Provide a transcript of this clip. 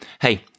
Hey